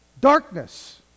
Darkness